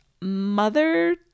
Mother